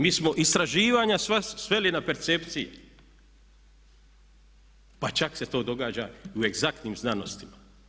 Mi smo istraživanja sva sveli na percepcije, pa čak se to događa u egzaktnim znanostima.